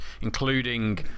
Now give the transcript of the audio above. including